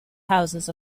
houses